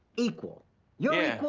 equal yeah.